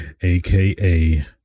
AKA